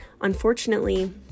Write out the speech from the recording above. unfortunately